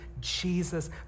Jesus